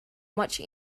much